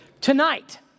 Tonight